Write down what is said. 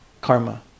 karma